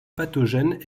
pathogènes